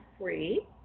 free